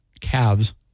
calves